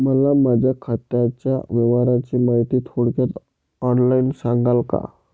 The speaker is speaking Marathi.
मला माझ्या खात्याच्या व्यवहाराची माहिती थोडक्यात ऑनलाईन सांगाल का?